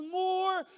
more